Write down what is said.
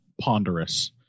ponderous